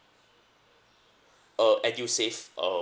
uh edusave um